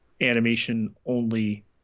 animation-only